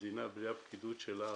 המדינה בלי הפקידות שלה